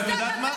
ואת יודעת מה?